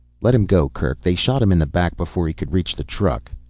let him go kerk, they shot him in the back before he could reach the truck.